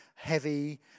heavy